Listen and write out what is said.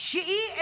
לא למדו שאי-אפשר